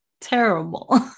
terrible